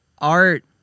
Art